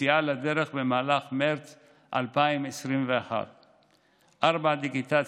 והיציאה לדרך, במהלך מרץ 2021. 4. דיגיטציה,